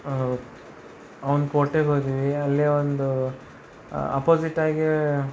ಅವನ ಕೋಟೆಗೆ ಹೋದ್ವಿ ಅಲ್ಲೇ ಒಂದು ಅಪೊಸಿಟ್ ಆಗಿ